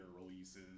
releases